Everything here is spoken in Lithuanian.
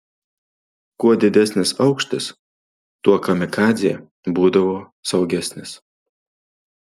kuo didesnis aukštis tuo kamikadzė būdavo saugesnis